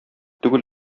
түгел